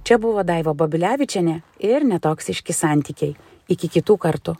čia buvo daiva babilevičienė ir netoksiški santykiai iki kitų kartų